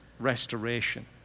restoration